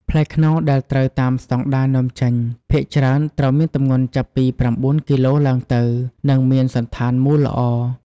ផ្លែខ្នុរដែលត្រូវតាមស្តង់ដារនាំចេញ ភាគច្រើនត្រូវមានទម្ងន់ចាប់ពី ៩ គីឡូឡើងទៅ និងមានសណ្ឋានមូលល្អ។